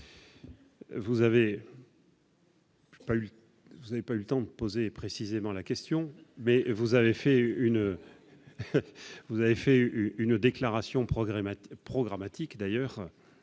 vous n'avez pas eu le temps de poser précisément votre question ... Vous avez fait une déclaration programmatique à laquelle